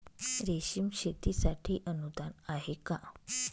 रेशीम शेतीसाठी अनुदान आहे का?